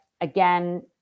again